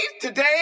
today